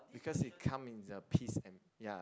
because it come in the piece and ya